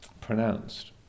pronounced